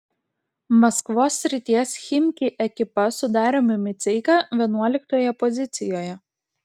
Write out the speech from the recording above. maskvos srities chimki ekipa su dariumi miceika vienuoliktoje pozicijoje